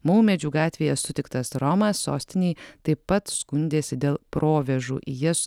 maumedžių gatvėje sutiktas romas sostinei taip pat skundėsi dėl provėžų į jas